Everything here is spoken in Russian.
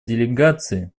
делегаций